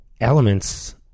elements